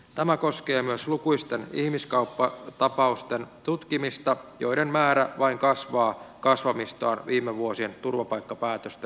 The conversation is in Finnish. tämä koskee myös lukuisten ihmiskauppatapausten tutkimista joiden määrä vain kasvaa kasvamistaan viime vuosien turvapaikkapäätösten takia